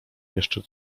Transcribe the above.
jeszcze